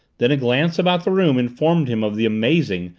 then a glance about the room informed him of the amazing,